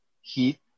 heat